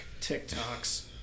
TikToks